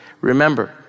Remember